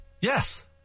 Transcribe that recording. Yes